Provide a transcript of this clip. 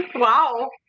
Wow